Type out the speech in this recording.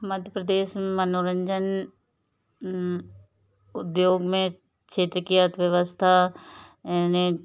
मध्य प्रदेश में मनोरंजन उद्योग में क्षेत्र की अर्थव्यवस्था